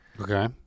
Okay